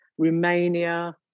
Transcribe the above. Romania